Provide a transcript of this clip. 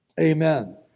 Amen